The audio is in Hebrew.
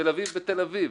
תל אביב בתל אביב,